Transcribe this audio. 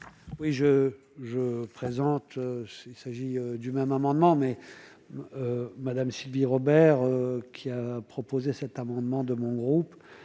Oui je je présente s'il s'agit du même amendement mais Madame Sylvie Robert, qui a proposé cet amendement de mon groupe